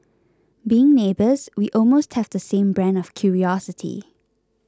being neighbours we almost have the same brand of curiosity